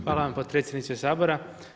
Hvala vam potpredsjedniče Sabora.